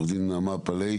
עו"ד נעמה פלאי,